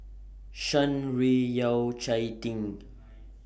Shan Rui Yao Cai